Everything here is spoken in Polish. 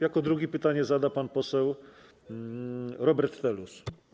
Jako drugi pytanie zada pan poseł Robert Telus.